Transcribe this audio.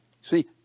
See